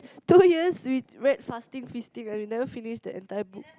two years we read fasting feasting and we never finish the entire book